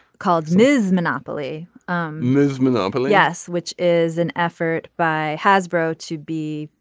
called miss monopoly um miss monopoly s which is an effort by hasbro to be.